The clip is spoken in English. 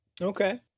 Okay